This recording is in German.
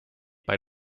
bei